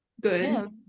good